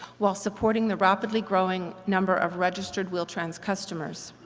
while supporting the rapidly growing number of registered wheel-trans customers.